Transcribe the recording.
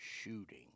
shooting